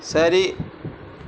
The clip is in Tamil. சரி